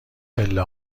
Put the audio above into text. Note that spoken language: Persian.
پله